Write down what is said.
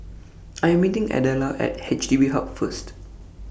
I'm meeting Adela At H D B Hub First